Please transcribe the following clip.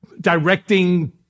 directing